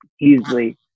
easily –